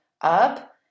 up